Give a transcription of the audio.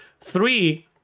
Three